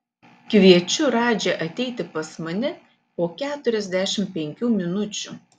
kviečiu radžį ateiti pas mane po keturiasdešimt penkių minučių